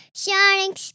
shining